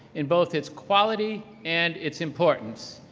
in both its quality and its importance.